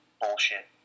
bullshit